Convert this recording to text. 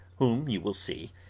whom you will see,